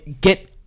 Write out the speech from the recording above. Get